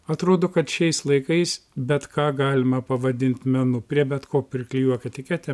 atrodo kad šiais laikais bet ką galima pavadint menu prie bet ko priklijuok etiketę